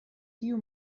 tiu